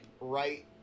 right